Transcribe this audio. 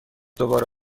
دوباره